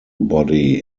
body